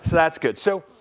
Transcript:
that's good. so,